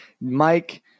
Mike